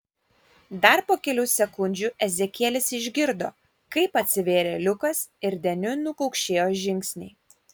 dar po kelių sekundžių ezekielis išgirdo kaip atsivėrė liukas ir deniu nukaukšėjo žingsniai